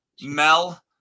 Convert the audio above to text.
Mel